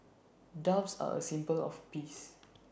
doves are A symbol of peace